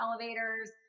elevators